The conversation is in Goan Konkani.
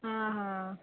आ हा